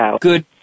good